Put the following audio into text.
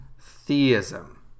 theism